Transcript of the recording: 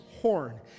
horn